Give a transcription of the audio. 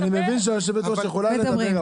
אני מבין שהיושבת-ראש יכולה לדבר,